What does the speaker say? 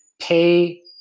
pay